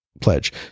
pledge